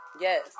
yes